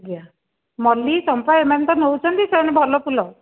ଆଜ୍ଞା ମଲ୍ଲି ଚମ୍ପା ଏମାନେ ତ ନେଉଛନ୍ତି ସେମାନେ ଭଲ ଫୁଲ